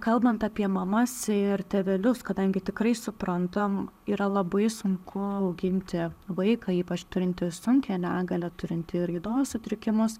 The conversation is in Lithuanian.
kalbant apie mamas ir tėvelius kadangi tikrai suprantam yra labai sunku auginti vaiką ypač turintį sunkią negalią turintį ir raidos sutrikimus